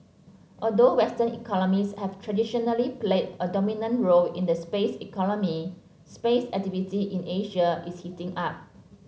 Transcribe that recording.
although western economies have traditionally played a dominant role in the space economy space activity in Asia is heating up